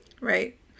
Right